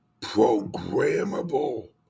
programmable